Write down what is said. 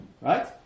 Right